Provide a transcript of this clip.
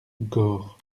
gorre